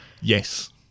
Yes